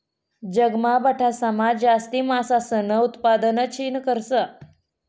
जगमा बठासमा जास्ती मासासनं उतपादन चीन करस